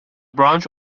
branch